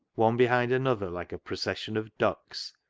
one behind another, like a procession of ducks,